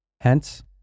Hence